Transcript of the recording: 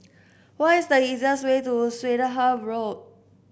what is the easiest way to Swettenham Road